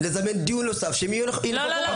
לזמן דיון נוסף שהם ינכחו בו.